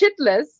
shitless